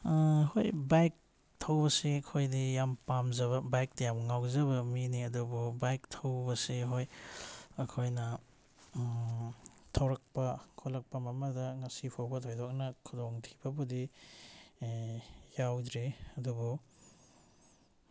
ꯍꯣꯏ ꯕꯥꯏꯛ ꯊꯧꯕꯁꯦ ꯑꯩꯈꯣꯏꯗꯤ ꯌꯥꯝ ꯄꯥꯝꯖꯕ ꯕꯥꯏꯛꯇ ꯌꯥꯝ ꯉꯥꯎꯖꯕ ꯃꯤꯅꯤ ꯑꯗꯨꯕꯨ ꯕꯥꯏꯛ ꯊꯧꯕꯁꯦ ꯍꯣꯏ ꯑꯩꯈꯣꯏꯅ ꯊꯧꯔꯛꯄ ꯈꯣꯜꯂꯛꯄ ꯑꯃ ꯑꯃꯗ ꯉꯁꯤꯐꯥꯎꯕ ꯊꯣꯏꯗꯣꯛꯅ ꯈꯨꯗꯣꯡ ꯊꯤꯕꯕꯨꯗꯤ ꯌꯥꯎꯗ꯭ꯔꯤ ꯑꯗꯨꯕꯨ